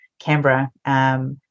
Canberra –